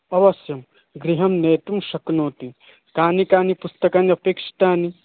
अवश्यं गृहं नेतुं शक्नोति कानि कानि पुस्तकानि अपेक्षितानि